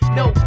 no